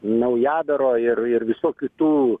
naujadaro ir ir visų kitų